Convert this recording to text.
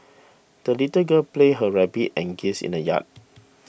the little girl played her rabbit and geese in the yard